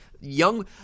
young